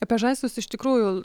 apie žaislus iš tikrųjų